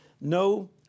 No